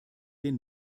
den